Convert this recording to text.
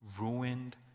ruined